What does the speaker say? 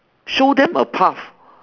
show them a path